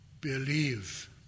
believe